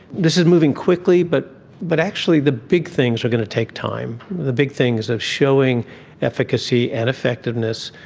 this is moving quickly but but actually the big things are going to take time. the big things of showing efficacy and effectiveness,